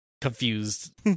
confused